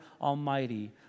Almighty